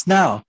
Now